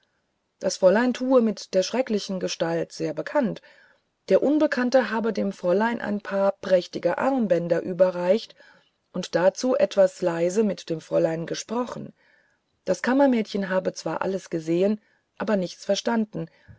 das fräulein tue mit der schrecklichen gestalt sehr bekannt der unbekannte habe dem fräulein ein paar prächtige armbänder überreicht und dazu etwas leise mit dem fräulein gesprochen das kammermädchen habe zwar alles gesehen aber nichts verstanden